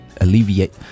alleviate